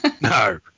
No